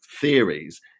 theories